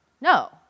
No